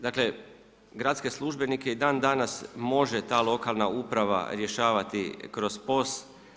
Dakle, gradske službenike i dan-danas može ta lokalna uprava rješavati kroz POS.